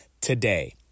today